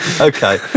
Okay